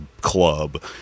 club